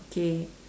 okay